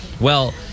Well-